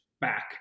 back